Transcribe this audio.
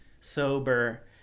sober